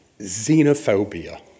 xenophobia